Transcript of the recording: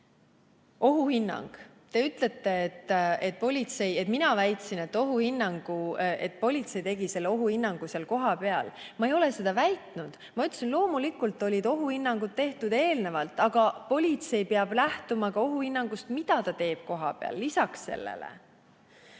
Ohuhinnang – te ütlete, et mina väitsin, et politsei tegi selle ohuhinnangu seal kohapeal. Ma ei ole seda väitnud. Ma ütlesin, et loomulikult olid ohuhinnangud tehtud eelnevalt, aga politsei peab lisaks sellele lähtuma ohuhinnangust, mille ta teeb kohapeal. Põhimõtteliselt